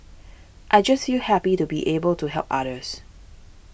I just feel happy to be able to help others